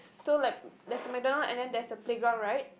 so like there's MacDonald and then there's a playground right